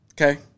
Okay